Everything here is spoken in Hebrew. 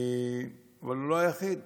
אבל הוא לא היחיד.